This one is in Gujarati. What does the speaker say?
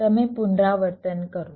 તમે પુનરાવર્તન કરો